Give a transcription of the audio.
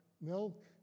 milk